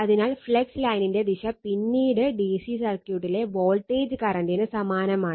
അതിനാൽ ഫ്ലക്സ് ലൈനിന്റെ ദിശ പിന്നീട് ഡിസി സർക്യൂറ്റിലെ വോൾട്ടേജ് കറന്റിന് സമാനമാണ്